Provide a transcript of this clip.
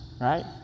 right